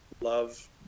love